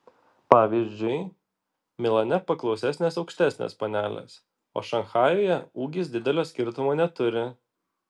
pavyzdžiui milane paklausesnės aukštesnės panelės o šanchajuje ūgis didelio skirtumo neturi